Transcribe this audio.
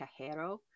Cajero